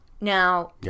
Now